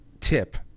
tip